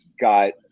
got